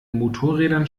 motorrädern